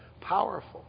powerful